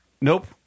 Nope